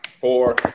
four